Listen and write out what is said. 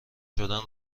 شدن